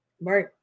right